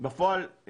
בפועל,